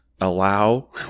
allow